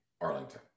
Arlington